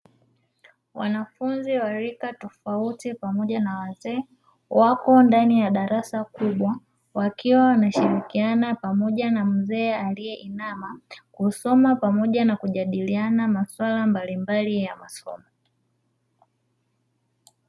Wanafunzi wa rika tofauti pamoja na wazee, wapo ndani ya darasa kubwa wakiwa wanashirikiana pamoja na mzee aliyeinama kusoma pamoja na kujadiliana masuala mbalimbali ya masomo.